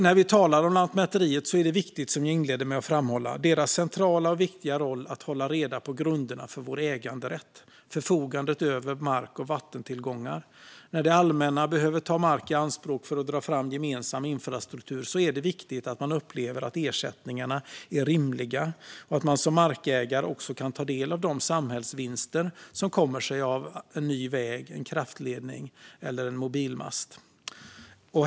När vi talar om Lantmäteriet är det, som jag inledde med, viktigt att framhålla dess centrala och viktiga roll när det gäller att hålla reda på grunderna för vår äganderätt - förfogandet över mark och vattentillgångar. När det allmänna behöver ta mark i anspråk för att dra fram gemensam infrastruktur är det viktigt att man upplever att ersättningarna är rimliga och att man som markägare också kan ta del av de samhällsvinster som kommer sig av en ny väg, en kraftledning eller en mobilmast.